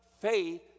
faith